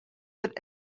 that